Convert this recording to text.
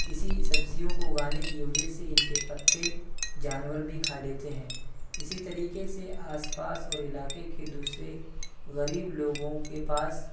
اسی سبزیوں کو اگانے کی وجہ سے ان کے پتے جانور بھی کھا لیتے ہیں اسی طریقے سے آس پاس اور علاقے کے دوسرے غریب لوگوں کے پاس